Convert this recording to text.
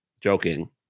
joking